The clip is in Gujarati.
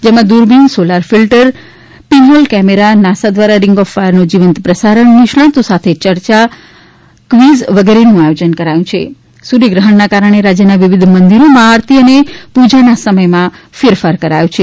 જેમા દૂરબીન solar filters pinhole camera NASA દ્રારા રિંગ ઓફ ફાયરનું જીવંત પ્રસારણ નિષ્ણાંતો સાથે ચર્ચામુવીઝ વગેરેનું પણ આયોજન કરાયું છે સૂર્યગ્રહણમના કારણે રાજ્યના વિવિધ મંદિરોમાં આરતી અને પૂજાના સમયમાં ફેરફાર કરાવ્યો છે